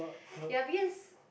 yeah because